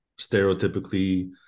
stereotypically